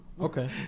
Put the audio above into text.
Okay